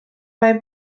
mae